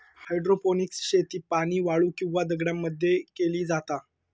hydroponics शेती पाणी, वाळू किंवा दगडांमध्ये मध्ये केली जाता